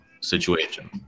situation